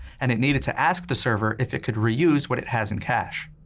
and it needed to ask the server if it could reuse what it has in cache.